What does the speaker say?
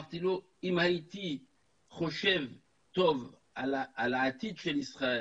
אם הייתי חושב טוב על העתיד של ישראל